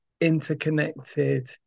interconnected